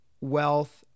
wealth